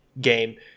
game